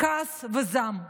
כעס וזעם.